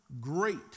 great